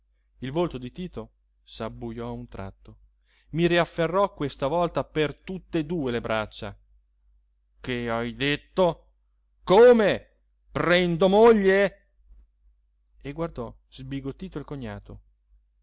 il volto di tito s'abbujò a un tratto i riafferrò questa volta per tutt'e due le braccia che hai detto come prendo moglie e guardò sbigottito il cognato